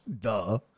duh